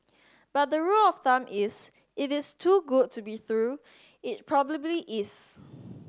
but the rule of thumb is if is too good to be true it probably is